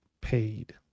paid